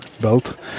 belt